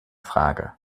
frage